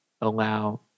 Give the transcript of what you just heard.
allow